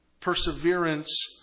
perseverance